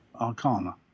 arcana